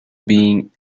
being